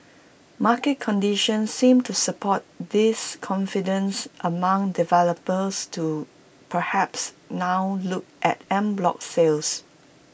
market conditions seems to support this confidence among developers to perhaps now look at en bloc sales